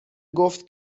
گفت